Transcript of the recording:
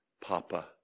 Papa